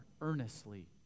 earnestly